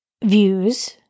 views